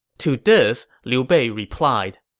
to this, liu bei replied,